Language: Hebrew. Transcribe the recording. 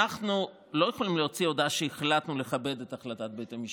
אנחנו לא יכולים להוציא הודעה שהחלטנו לכבד את החלטת בית המשפט.